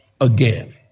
again